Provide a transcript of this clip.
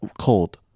cold